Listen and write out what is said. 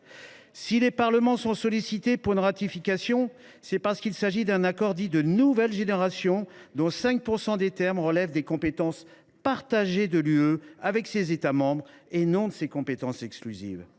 Si les Parlements sont sollicités pour une ratification, c’est parce qu’il s’agit d’un accord dit de nouvelle génération, dont 5 % des termes relèvent des compétences partagées de l’Union européenne avec les États membres, et non de ses compétences exclusives.